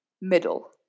middle